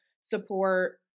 support